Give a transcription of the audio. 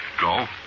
Go